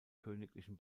königlichen